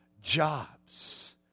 jobs